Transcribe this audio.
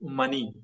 money